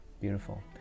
Beautiful